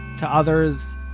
to others,